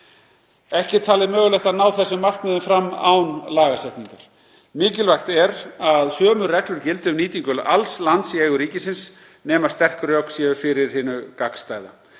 Ekki er talið mögulegt að ná þessum markmiðum fram án lagasetningar. Mikilvægt er að sömu reglur gildi um nýtingu alls lands í eigu ríkisins nema sterk rök séu fyrir hinu gagnstæða.